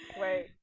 Wait